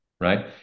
right